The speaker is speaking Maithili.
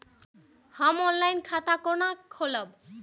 हम ऑनलाइन खाता केना खोलैब?